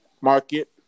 market